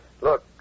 Look